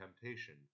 temptation